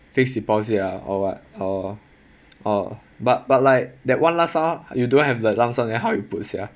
fixed deposit ah or what or or but but like that one lump sum you don't have the lump sum then how you put sia